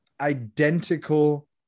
identical